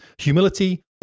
Humility